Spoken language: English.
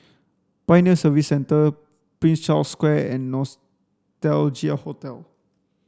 Pioneer Service Centre Prince Charles Square and Nostalgia Hotel